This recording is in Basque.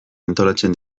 antolatzen